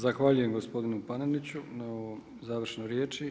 Zahvaljujem gospodinu Paneniću na ovoj završnoj riječi.